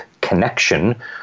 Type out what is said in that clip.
connection